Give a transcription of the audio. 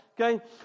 okay